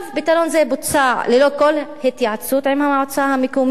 פתרון זה בוצע ללא כל התייעצות עם המועצה המקומית